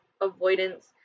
avoidance